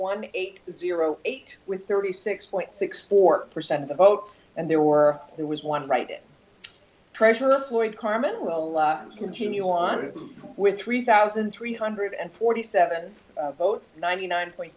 one eight zero eight with thirty six point six four percent of the vote and there were there was one right in pressure of floyd carmen to allow continue on with three thousand three hundred and forty seven votes ninety nine point